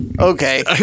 okay